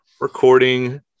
recording